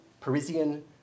Parisian